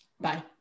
Bye